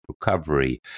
recovery